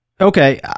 Okay